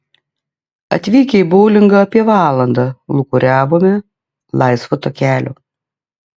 atvykę į boulingą apie valandą lūkuriavome laisvo takelio